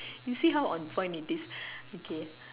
you see how on point it is okay